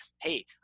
Hey